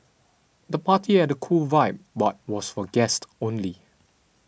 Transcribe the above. the party had a cool vibe but was for guests only